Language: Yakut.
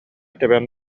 тэбэн